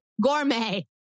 Gourmet